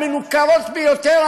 המנוכרות ביותר,